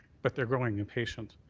but they're growing impatient.